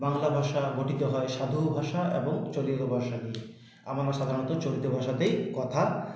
বাংলা ভাষা গঠিত হয় সাধু ভাষা এবং চলিত ভাষা নিয়ে আমরা সাধারণত চলিত ভাষাতেই কথা